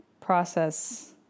process